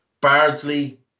Bardsley